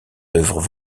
œuvres